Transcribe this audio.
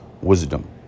wisdom